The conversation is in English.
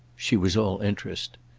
she was all interest.